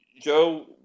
Joe